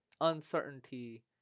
uncertainty